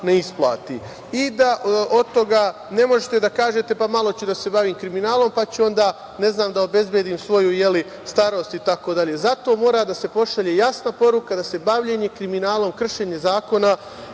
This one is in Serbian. ne isplati i da od toga ne možete da kažete – malo ću da se bavim kriminalnom, pa ću onda, ne znam, da obezbedim svoju starost itd. Zato mora da se pošalje jasna poruka da se bavljenje kriminalom, kršenje zakona